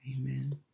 Amen